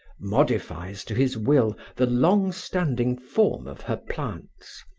modifies to his will the long-standing form of her plants,